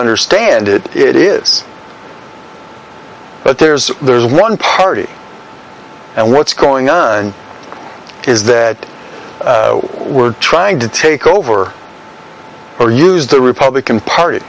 understand it it is that there's there's one party and what's going on is that we're trying to take over or use the republican party